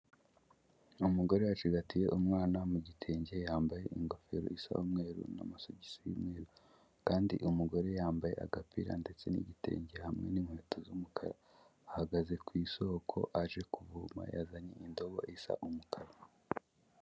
Umugore acigatiye umwana mu gitenge yambaye ingofero isa umweru n'amasogisi y'umweru. Kandi umugore yambaye agapira ndetse n'igitenge hamwe n'inkweto z'umukara. Ahagaze ku isoko aje kuvoma yazanye indobo isa umukara.